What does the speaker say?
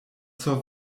zur